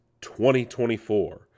2024